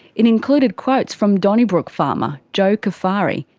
it included quotes from donnybrook farmer joe cufari,